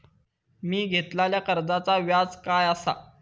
मी घेतलाल्या कर्जाचा व्याज काय आसा?